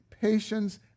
patience